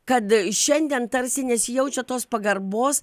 kad šiandien tarsi nesijaučia tos pagarbos